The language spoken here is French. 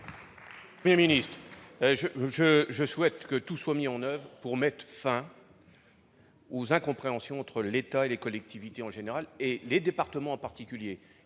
Premier ministre, je souhaite que tout soit mis en oeuvre pour mettre fin aux incompréhensions entre l'État et les collectivités, en particulier les départements. Nous